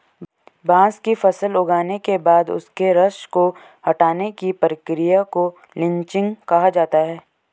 बांस की फसल उगने के बाद उसके रस को हटाने की प्रक्रिया को लीचिंग कहा जाता है